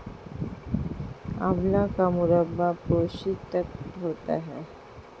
आंवला का मुरब्बा पौष्टिक होता है